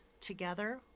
together